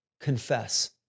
confess